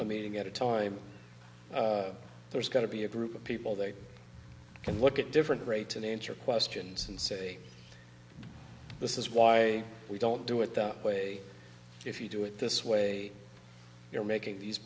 meeting at a time there's got to be a group of people that can look at different rates and answer questions and say this is why we don't do it that way if you do it this way you're making these